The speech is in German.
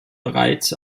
bereits